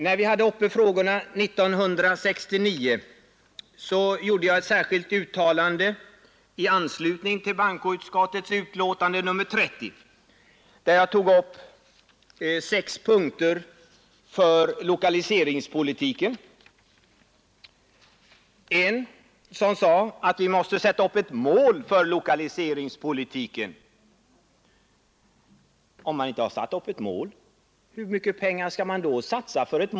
När vi hade dessa frågor uppe till behandling 1969 gjorde jag ett särskilt uttalande i anslutning till bankoutskottets utlåtande nr 30, där jag angav sex punkter för lokaliseringspolitiken. I en av de punkterna sade jag att vi måste sätta upp ett mål för lokaliseringspolitiken. Om man inte har satt upp ett mål, hur mycket pengar skall man då satsa?